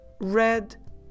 red